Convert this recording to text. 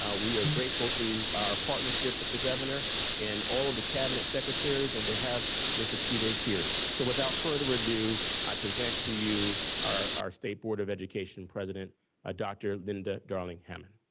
ah we are grateful to our partnership with the governor and all of the cabinet secretaries and to have mr. chida here. so, without further ado, i present to you our our state board of education president ah dr. linda darling-hammond.